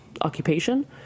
occupation